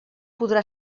podrà